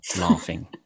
laughing